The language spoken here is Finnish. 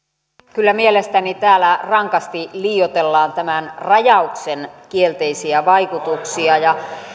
kyllä mielestäni täällä rankasti liioitellaan tämän rajauksen kielteisiä vaikutuksia ja